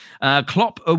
Klopp